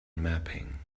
mapping